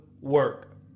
work